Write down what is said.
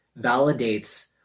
validates